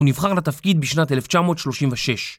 הוא נבחר לתפקיד בשנת 1936